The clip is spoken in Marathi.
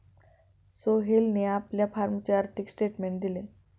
सोहेलने आपल्या फॉर्मचे आर्थिक स्टेटमेंट दिले